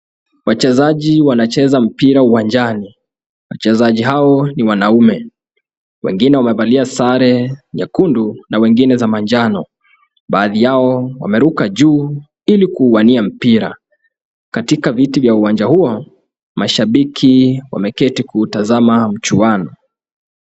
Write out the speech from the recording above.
Wachezaji wanacheza mpira uwanjani. Wachezaji hao ni wanaume. Wengine wamevalia sare nyekundu na wengine za manjano. Baadhi yao wameruka juu ili kuuwania mpira. Katika viti vya uwanja huo, mashabiki wameketi kuutazama mchuano.